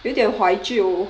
有点怀旧